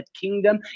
Kingdom